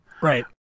Right